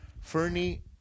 Fernie